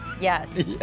yes